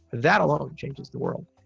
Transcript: that alone changes the world.